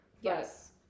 Yes